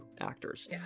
actors